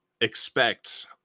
expect